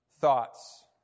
thoughts